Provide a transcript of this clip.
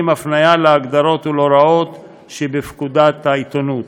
הפניה להגדרות ולהוראות שבפקודת העיתונות.